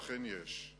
ואכן יש.